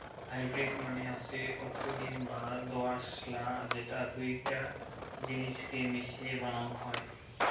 hybrid মানে হসে অকুলীন বা দোআঁশলা যেটা দুইটা জিনিসকে মিশিয়ে বানাং হই